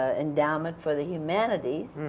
ah endowment for the humanities,